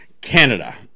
Canada